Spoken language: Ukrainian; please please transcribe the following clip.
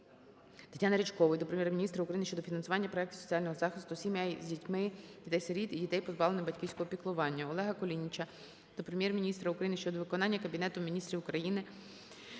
ТетяниРичкової до Прем'єр-міністра України про фінансування проектів соціального захисту сімей з дітьми, дітей-сиріт і дітей, позбавлених батьківського піклування. ОлегаКулініча до Прем'єр-міністра України щодо виконання Кабінетом Міністрів України